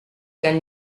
can